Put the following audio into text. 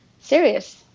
Serious